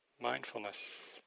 mindfulness